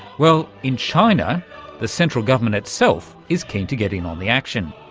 well, in china the central government itself is keen to get in on the action.